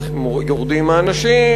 יורדים האנשים,